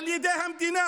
על ידי המדינה,